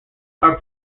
are